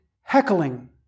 heckling